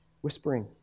whispering